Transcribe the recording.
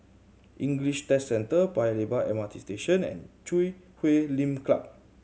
English Test Centre Paya Lebar M R T Station and Chui Huay Lim Club